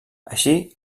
així